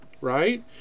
right